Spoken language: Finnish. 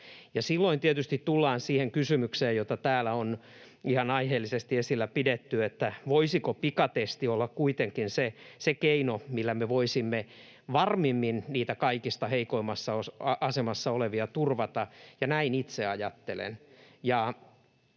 silloin tietysti tullaan siihen kysymykseen, jota täällä on ihan aiheellisesti esillä pidetty, voisiko pikatesti olla kuitenkin se keino, millä me voisimme varmimmin niitä kaikista heikoimmassa asemassa olevia turvata, ja näin itse ajattelen.